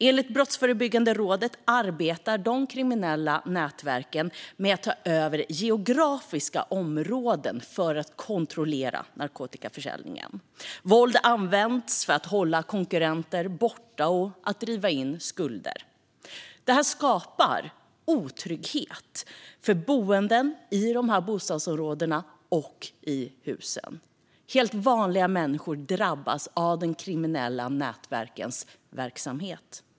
Enligt Brottsförebyggande rådet arbetar de kriminella nätverken med att ta över geografiska områden för att kontrollera narkotikaförsäljningen. Våld används för att hålla konkurrenter borta och för att driva in skulder. Det skapar otrygghet för boende i bostadsområdena och i husen. Helt vanliga människor drabbas av de kriminella nätverkens verksamhet.